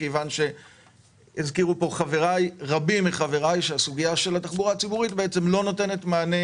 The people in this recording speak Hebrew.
כי הזכירו פה רבים מחבריי שהסוגיה של התחבורה הציבורית לא נותנת מענה,